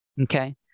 Okay